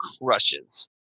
crushes